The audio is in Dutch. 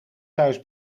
thuis